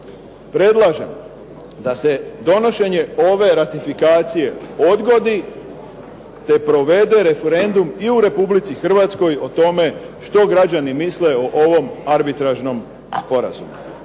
predlažem da se donošenje ove ratifikacije odgodi, te provede referendum i u Republici Hrvatskoj o tome što građani misle o ovome arbitražnom sporazumu.